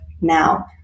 now